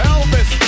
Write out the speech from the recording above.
Elvis